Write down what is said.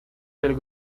del